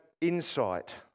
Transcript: insight